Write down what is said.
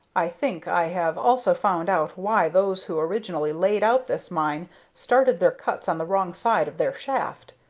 i think i have also found out why those who originally laid out this mine started their cuts on the wrong side of their shaft.